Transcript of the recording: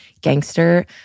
gangster